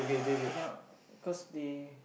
eh cannot cause they